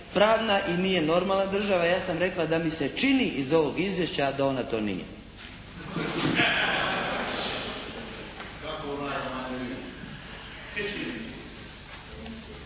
pravna i nije normalna država. Ja sam rekla da mi se čini iz ovog izvješća da ona to nije.